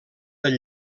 del